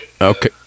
Okay